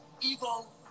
evil